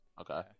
okay